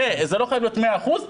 זה לא חייב להיות מאה אחוז.